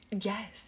yes